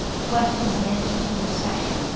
questions and answers from the session.